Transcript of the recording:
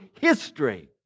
history